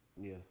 Yes